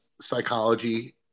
psychology